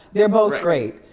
they're both great.